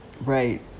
Right